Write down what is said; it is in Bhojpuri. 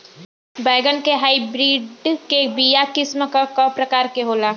बैगन के हाइब्रिड के बीया किस्म क प्रकार के होला?